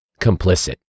complicit